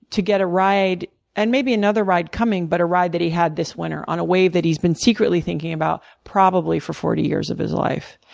get a ride and maybe another ride coming but a ride that he had this winter on a wave that he's been secretly thinking about probably for forty years of his life.